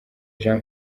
jean